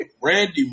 Randy